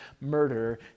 murder